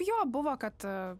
jo buvo kad